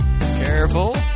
careful